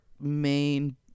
main